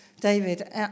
David